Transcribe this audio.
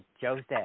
Joseph